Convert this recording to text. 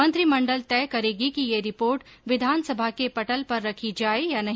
मंत्रिमंडल तय करेगी कि यह रिपोर्ट विधानसभा के पटल पर रखी जाए या नहीं